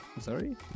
sorry